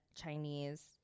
Chinese